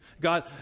God